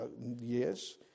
yes